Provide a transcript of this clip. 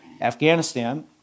Afghanistan